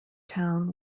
town